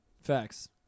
Facts